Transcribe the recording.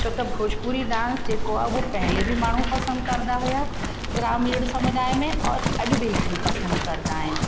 छो त भोजपुरी डांस जेको आहे उहा पहले बि माण्हू पसंदि कंदा हुआ ग्रामीण समुदाय में और अॼु बि इलाही पसंदि कंदा आहिनि